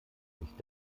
nicht